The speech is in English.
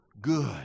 good